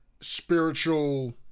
spiritual